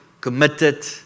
committed